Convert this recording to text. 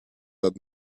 that